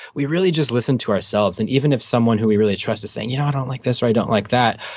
we really just listen to ourselves. and even if someone who we really trust is saying, you know, i don't like this, or, i don't like that,